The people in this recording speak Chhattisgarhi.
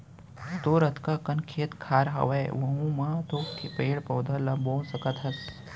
तोर अतका कन खेत खार हवय वहूँ म तो पेड़ पउधा ल बो सकत हस